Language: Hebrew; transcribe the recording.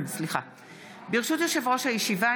ברשות יושב-ראש הישיבה,